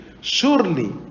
Surely